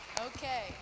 Okay